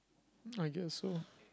I guess so